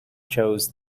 chose